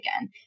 again